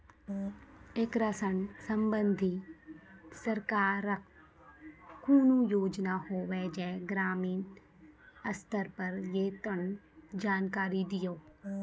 ऐकरा सऽ संबंधित सरकारक कूनू योजना होवे जे ग्रामीण स्तर पर ये तऽ जानकारी दियो?